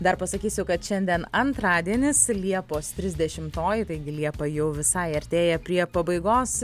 dar pasakysiu kad šiandien antradienis liepos trisdešimtoji taigi liepa jau visai artėja prie pabaigos